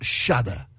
shudder